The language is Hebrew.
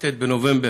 בכ"ט בנובמבר,